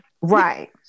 Right